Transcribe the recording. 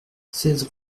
seize